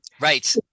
Right